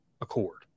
accord